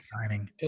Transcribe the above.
signing